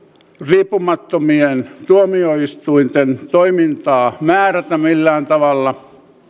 riippumattomien tuomioistuinten toimintaa määrätä millään tavalla